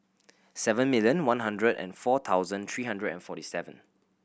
seven million one hundred and four thousand three hundred and forty seven